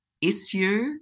issue